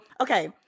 okay